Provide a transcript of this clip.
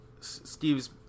Steve's